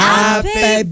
Happy